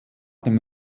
dem